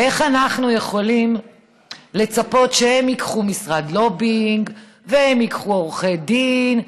איך אנחנו יכולים לצפות שהם ייקחו משרד לובינג והם ייקחו עורכי דין?